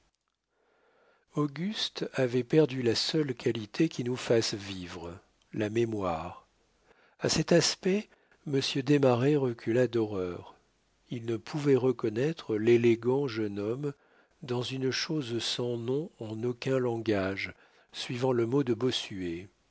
auguste avait perdu la seule qualité qui nous fasse vivre la mémoire a cet aspect monsieur desmarets recula d'horreur il ne pouvait reconnaître l'élégant jeune homme dans une chose sans nom en aucun langage suivant le mot de bossuet